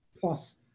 plus